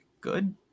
good